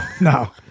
no